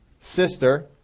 sister